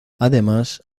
además